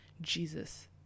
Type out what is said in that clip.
Jesus